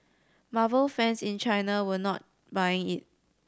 marvel fans in China were not buying it